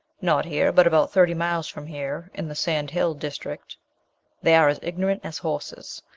not here, but about thirty miles from here, in the sand hill district they are as ignorant as horses.